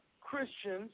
Christians